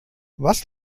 was